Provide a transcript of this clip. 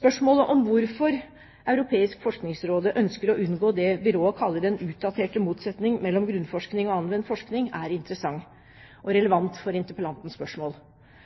Spørsmålet om hvorfor Det europeiske forskningsrådet ønsker å unngå det byrået kaller den utdaterte motsetning mellom grunnforskning og anvendt forskning, er interessant og relevant for interpellantens spørsmål.